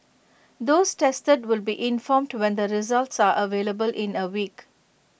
those tested will be informed to when the results are available in A week